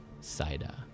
Saida